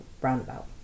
Roundabout